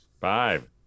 Five